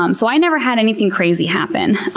um so i never had anything crazy happen,